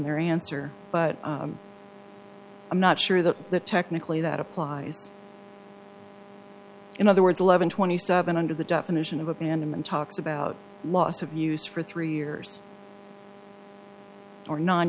their answer but i'm not sure that that technically that applies in other words eleven twenty seven under the definition of abandonment talks about loss of use for three years or non